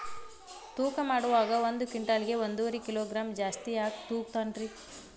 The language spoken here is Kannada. ತೂಕಮಾಡುವಾಗ ಒಂದು ಕ್ವಿಂಟಾಲ್ ಗೆ ಒಂದುವರಿ ಕಿಲೋಗ್ರಾಂ ಜಾಸ್ತಿ ಯಾಕ ತೂಗ್ತಾನ ರೇ?